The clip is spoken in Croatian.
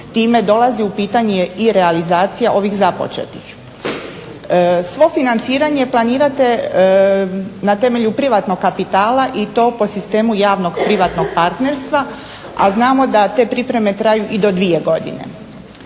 time dolazi u pitanje i realizacija ovih započetih. Svo financiranje planirate na temelju privatnog kapitala i to po sistemu javnog privatnog partnerstva, a znamo da te pripreme traju i do 2 godine.